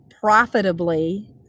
profitably